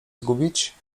zgubić